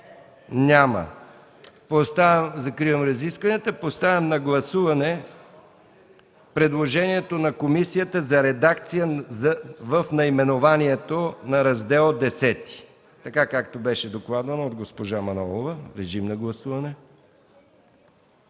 Няма. Закривам разискванията. Поставям на гласуване предложението на комисията за редакция в наименованието на Раздел Х, така както беше докладвано от госпожа Манолова. Гласували